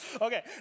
Okay